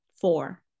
four